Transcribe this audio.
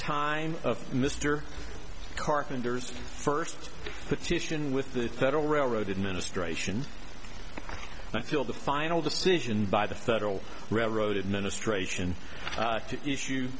time of mr carpenter's first petition with the federal railroad administration until the final decision by the federal role of administration to issue